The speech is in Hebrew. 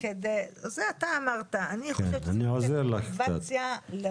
נתתי אבל אני נותן עוד, בבקשה.